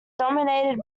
dominated